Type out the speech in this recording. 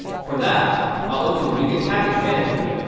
for that i'll open the nuget package manager.